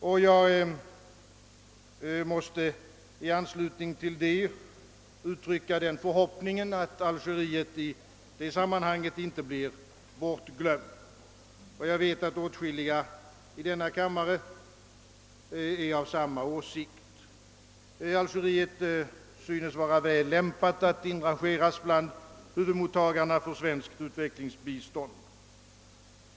Jag måste i anslutning därtill uttrycka den förhoppningen att Algeriet inte blir bortglömt. Jag vet att åtskilliga i denna kammare har samma åsikt. Algeriet synes vara väl lämpat att inrangeras bland huvudmottagarna för svenskt utvecklingsbistånd.